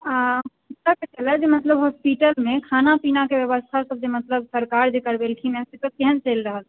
आ पूछयके छलए जे मतलब हॉस्पिटलमे खाना पीनाके व्यवस्था मतलब सरकार जे करबेलखिन हेँ सेसभ केहन चलि रहल छै